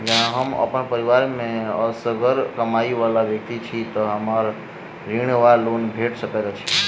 जँ हम अप्पन परिवार मे असगर कमाई वला व्यक्ति छी तऽ हमरा ऋण वा लोन भेट सकैत अछि?